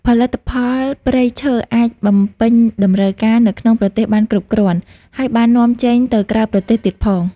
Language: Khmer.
ផលិផលព្រៃឈើអាចបំពេញតម្រូវការនៅក្នុងប្រទេសបានគ្រប់គ្រាន់ ហើយបាននាំចេញទៅក្រៅប្រទេសទៀតផង។